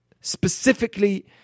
specifically